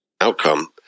outcome